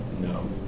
No